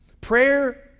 Prayer